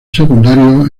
secundarios